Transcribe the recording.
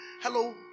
Hello